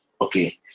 Okay